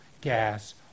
gas